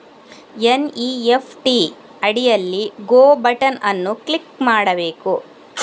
NEFT ಅಡಿಯಲ್ಲಿ go button ಅನ್ನು click ಮಾಡಬೇಕು